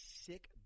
sick